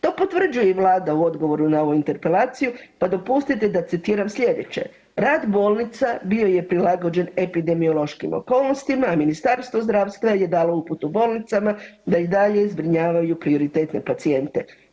To potvrđuje i Vlada u odgovoru na ovu interpelaciju, pa dopustite da citiram sljedeće: „Rad bolnica bio je prilagođen epidemiološkim okolnostima, a Ministarstvo zdravstva je dalo uputu bolnicama da i dalje zbrinjavaju prioritetne pacijente.